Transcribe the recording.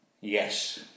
Yes